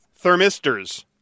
thermistors